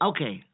Okay